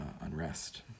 unrest